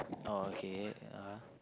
oh okay yeah